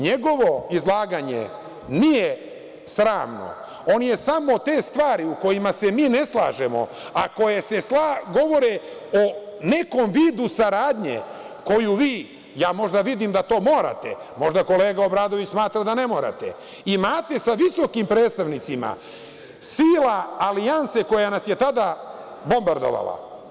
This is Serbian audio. NJegovo izlaganje nije sramno, on je samo te stvari u kojima se mi ne slažemo, a koje govore o nekom vidu saradnje koju vi, ja možda vidim da to morate, možda kolega Obradović smatra da ne morate, imate sa visokim predstavnicima sila alijanse koja nas je tada bombardovala.